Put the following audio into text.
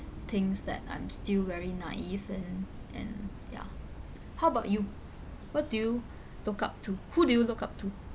things that I'm still very naive in and ya how about you what do you look up to who do you look up to